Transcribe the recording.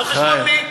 על חשבון מי?